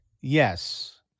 yes